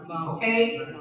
Okay